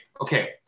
okay